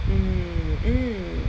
mm mm